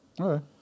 Okay